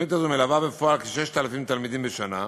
התוכנית הזו מלווה בפועל כ-6,000 תלמידים בשנה,